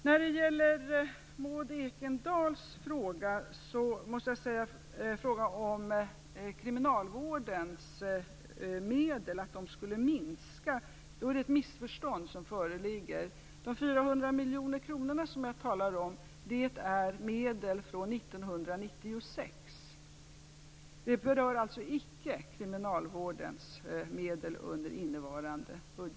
När det gäller Maud Ekendahls fråga om att kriminalvårdens medel skulle minska, måste jag säga att det är ett missförstånd som föreligger. De 400 miljoner kronorna som jag talar om är medel från 1996. De berör alltså icke kriminalvårdens medel under innevarande budgetår.